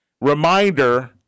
reminder